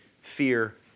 fear